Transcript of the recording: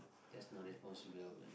that's not a possibility